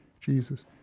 Jesus